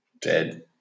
dead